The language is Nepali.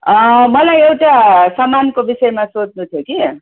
अँ मलाई एउटा सामानको विषयमा सोध्नु थियो कि